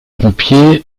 pompier